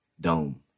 dome